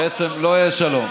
אז בעצם לא יהיה שלום.